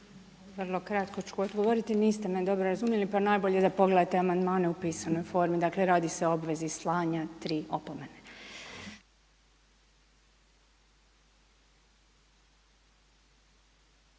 Evo kratko ću odgovoriti. Niste me dobro razumjeli, pa najbolje da pogledate amandmane u pisanoj formi. Dakle, radi se o obvezi slanja tri opomene.